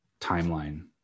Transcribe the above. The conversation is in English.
timeline